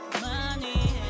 money